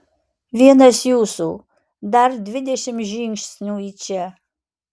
vienas jūsų dar dvidešimt žingsnių į čia